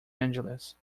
angeles